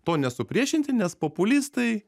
to nesupriešinti nes populistai